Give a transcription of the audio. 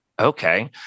Okay